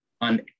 on